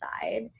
side